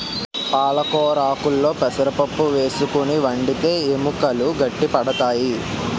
పాలకొరాకుల్లో పెసరపప్పు వేసుకుని వండితే ఎముకలు గట్టి పడతాయి